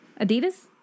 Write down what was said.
Adidas